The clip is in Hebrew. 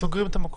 סוגרים את המקום,